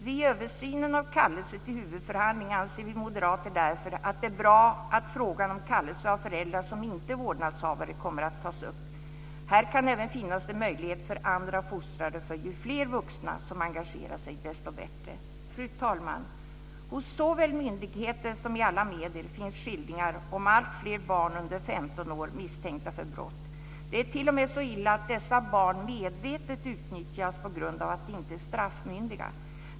Vid översynen av kallelser till huvudförhandling anser vi moderater därför att det är bra att frågan om kallelser av föräldrar som inte är vårdnadshavare kommer att tas upp. Här kan även finnas en möjlighet för andra fostrare, för ju fler vuxna som engagerar sig desto bättre. Fru talman! Hos såväl myndigheter som i alla medier finns skildringar av att alltfler barn under 15 år är misstänkta för brott. Det är t.o.m. så illa att dessa barn medvetet utnyttjas på grund av att de inte är straffmyndiga.